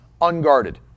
unguarded